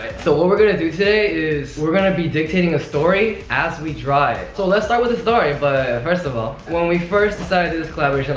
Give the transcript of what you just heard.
so what we're gonna do today is we're gonna be dictating a story as we draw it. so let's start with the story, but. first of all, when we first decided to do this collaboration